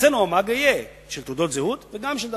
אצלנו יהיה מאגר של תעודות זהות וגם של דרכונים,